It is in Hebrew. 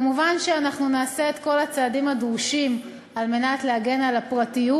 מובן שאנחנו נעשה את כל הצעדים הדרושים על מנת להגן על הפרטיות.